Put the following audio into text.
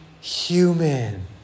human